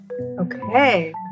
Okay